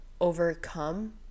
overcome